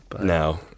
No